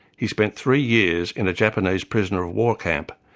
he spent three years in a japanese prisoner-of-war camp,